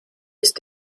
ist